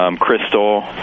Crystal